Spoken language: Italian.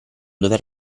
dover